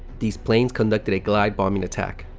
these planes conducted a glide bombing attack.